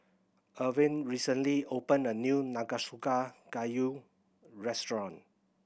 Irven recently opened a new Nanakusa Gayu restaurant